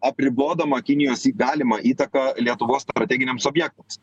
apribodama kinijos į galimą įtaką lietuvos strateginiams objektams